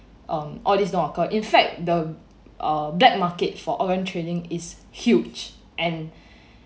um all this don't occur in fact the uh black market for organ trading is huge and